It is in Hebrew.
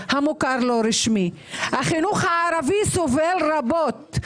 החינוך הערבי סובל רבות.